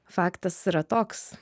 faktas yra toks